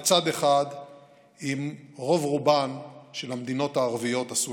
בצד אחד עם רוב-רובן של המדינות הערביות הסוניות.